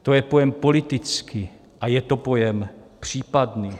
To je pojem politický a je to pojem případný.